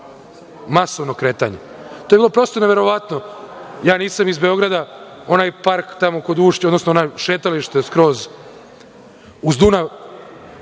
Masovno kretanje. To je bilo prosto neverovatno. Ja nisam iz Beograda. Onaj park tamo kod Ušća, odnosno ono šetalište skroz uz Dunav,